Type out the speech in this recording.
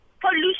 pollution